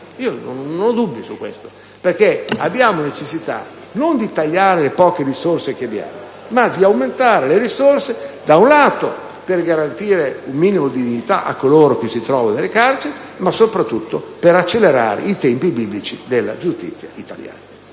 Io non ho dubbi su questo, perché abbiamo la necessità non di tagliare le poche risorse che abbiamo, ma di aumentarle, per garantire un minimo di dignità a coloro che si trovano nelle carceri, ma soprattutto per accelerare i tempi, oggi biblici, della giustizia italiana.